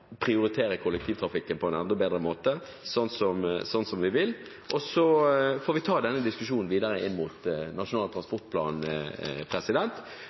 prioritere kollektivtrafikken på en enda bedre måte – sånn som vi vil. Så får vi ta denne diskusjonen videre inn mot Nasjonal transportplan.